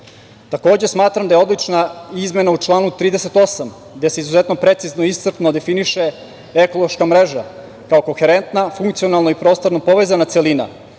smatram da je odlična izmena u članu 38, gde se izuzetno precizno i iscrpno definiše ekološka mreža, kao koherentna, funkcionalna i prostorno povezana celina,